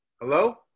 Hello